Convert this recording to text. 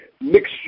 mixture